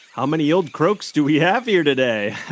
how many old croaks do we have here today?